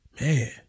man